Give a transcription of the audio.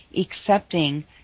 accepting